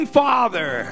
father